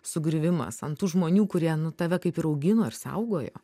sugriuvimas ant tų žmonių kurie nu tave kaip ir augino ir saugojo